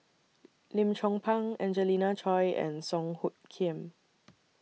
Lim Chong Pang Angelina Choy and Song Hoot Kiam